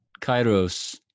Kairos